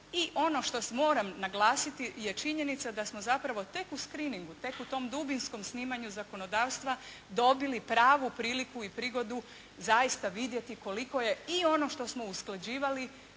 I ono što moram naglasiti je činjenica da smo zapravo tek u screeningu, tek u tom dubinskom snimanju zakonodavstva dobili pravu priliku i prigodu zaista vidjeti koliko je i ono što smo usklađivali